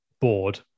board